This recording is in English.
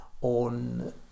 on